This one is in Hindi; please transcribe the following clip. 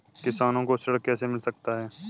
किसानों को ऋण कैसे मिल सकता है?